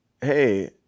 Hey